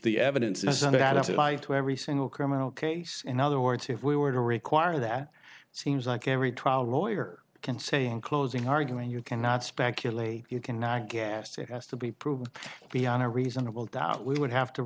to every single criminal case in other words if we were to require that seems like every trial lawyer can say in closing argument you cannot speculate you cannot gas it has to be proved beyond a reasonable doubt we would have to